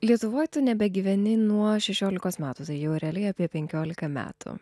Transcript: lietuvoj tu nebegyveni nuo šešiolikos metų tai jau realiai apie penkiolika metų